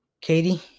Katie